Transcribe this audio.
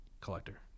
collector